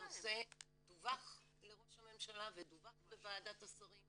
הנושא דווח לראש הממשלה ודווח בוועדת השרים